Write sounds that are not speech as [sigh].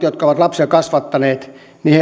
[unintelligible] jotka ovat lapsia kasvattaneet